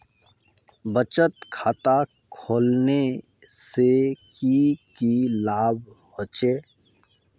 बचत खाता खोलने से की की लाभ होचे?